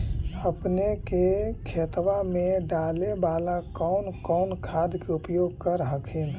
अपने के खेतबा मे डाले बाला कौन कौन खाद के उपयोग कर हखिन?